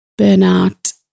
burnout